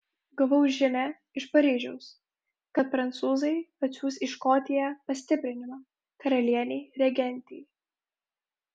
gavau žinią iš paryžiaus kad prancūzai atsiųs į škotiją pastiprinimą karalienei regentei